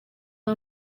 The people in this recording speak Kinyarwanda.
aha